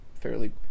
fairly